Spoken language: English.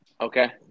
Okay